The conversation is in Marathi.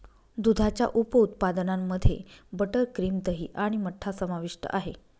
दुधाच्या उप उत्पादनांमध्ये मध्ये बटर, क्रीम, दही आणि मठ्ठा समाविष्ट आहे